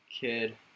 Kid